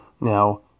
Now